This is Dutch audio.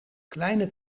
kleine